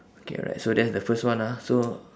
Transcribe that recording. okay alright so that's the first one ah so